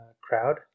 crowd